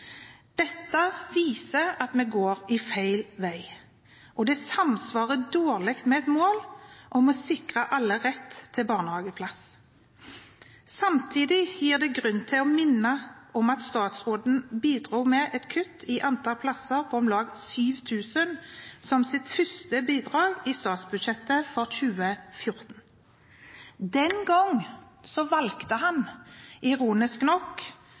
Dette viser at vi går feil vei, og det samsvarer dårlig med et mål om å sikre alle rett til barnehageplass. Samtidig gir det grunn til å minne om at statsråden bidro med et kutt i antall plasser på om lag 7 000, som hans første bidrag i statsbudsjettet for 2014. Den gangen valgte han ironisk nok